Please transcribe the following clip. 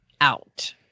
out